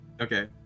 Okay